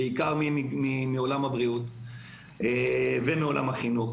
בעיקר מעולם הבריאות ומעולם החינוך.